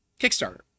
Kickstarter